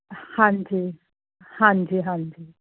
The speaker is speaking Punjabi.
ਹਾਂਜੀ ਹਾਂਜੀ ਹਾਂਜੀ